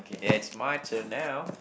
ya it's my turn now